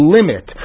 Limit